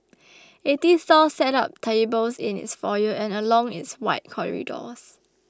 eighty stalls set up tables in its foyer and along its wide corridors